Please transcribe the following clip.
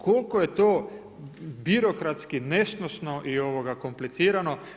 Koliko je to birokratski nesnosno i komplicirano.